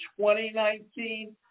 2019